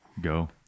Go